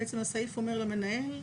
בעצם הסעיף אומר למנהל,